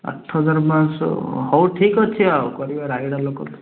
ଆଠହଜାର ପାଞ୍ଚଶହ ହଉ ଠିକ୍ ଅଛି ଆଉ କରିବା ରାୟଗଡ଼ା ଲୋକ